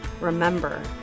Remember